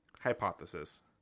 Hypothesis